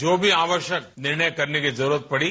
जो भी आवश्यक निर्णय करने की जरूरत पड़ी